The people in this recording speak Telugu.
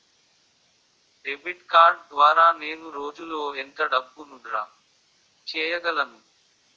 డెబిట్ కార్డ్ ద్వారా నేను రోజు లో ఎంత డబ్బును డ్రా చేయగలను?